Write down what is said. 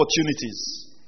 opportunities